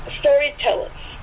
storytellers